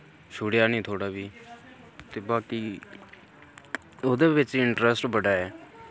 छुड़ेया निं थोह्ड़ा वी ते बाकी ओह्दे बिच इंटरस्ट बड़ा ऐ